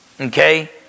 okay